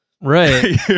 Right